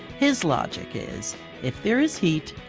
his logic is if there is heat,